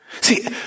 See